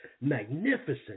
magnificent